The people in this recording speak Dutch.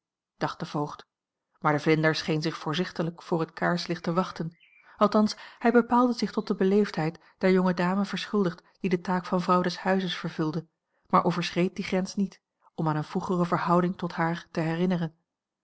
dacht de voogd maar de vlinder scheen zich voorzichtiglijk voor het kaarslicht te wachten althans hij bepaalde zich tot de beleefdheid der jonge dame verschuldigd die de taak van vrouw des huizes vervulde maar overschreed a l g bosboom-toussaint langs een omweg die grens niet om aan eene vroegere verhouding tot haar te herinneren